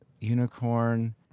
Unicorn